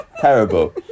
Terrible